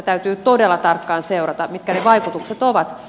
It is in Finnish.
täytyy todella tarkkaan seurata mitkä ne vaikutukset ovat